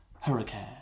Hurricane